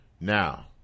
Now